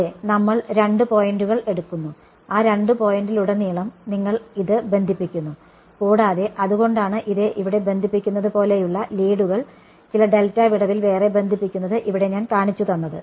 അതെ നമ്മൾ രണ്ട് പോയിന്റുകൾ എടുക്കുന്നു ആ രണ്ട് പോയിന്റുകളിലുടനീളം നിങ്ങൾ ഇത് ബന്ധിപ്പിക്കുന്നു കൂടാതെ അതുകൊണ്ടാണ് ഇത് ഇവിടെ ബന്ധിപ്പിക്കുന്നത് പോലെയുള്ള ലീഡുകൾ ചില ഡെൽറ്റ വിടവിൽ വേറെ ബന്ധിപ്പിക്കുന്നത് ഇവിടെ ഞാൻ കാണിച്ചുതന്നത്